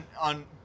on